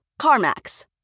CarMax